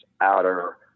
outer